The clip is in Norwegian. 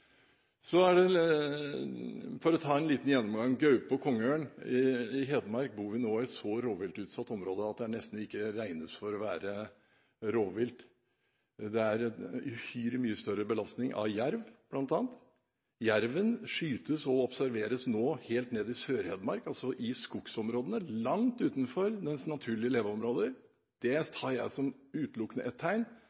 Så er det, for å ta en liten gjennomgang, gaupe og kongeørn. I Hedmark bor vi nå i et så rovviltutsatt område at det nesten ikke regnes for å være rovvilt. Det er en uhyre mye større belastning av jerv, bl.a. Jerven skytes og observeres nå helt nede i Sør-Hedmark, altså i skogsområdene, langt utenfor dens naturlige leveområder. Det